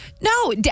No